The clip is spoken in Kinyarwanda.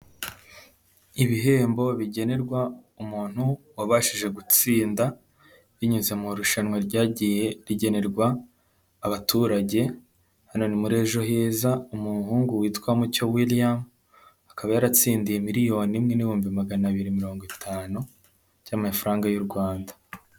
Ibihembo bigenerwa umuntu wabashije gutsinda binyuze mu irushanwa ryagiye rigenerwa abaturage hano ni muri ejo heza, umuhungu witwa Mucyo william akaba yaratsindiye miliyoni n'ibihumbi magana abiri mirongo itanu by'amafaranga y'u Rwanda.